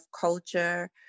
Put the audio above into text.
culture